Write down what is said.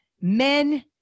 men